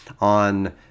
on